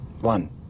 One